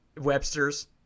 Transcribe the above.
webster's